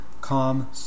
calm